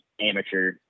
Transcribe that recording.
amateur